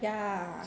ya